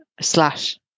slash